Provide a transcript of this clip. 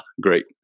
great